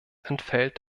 entfällt